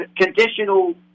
conditional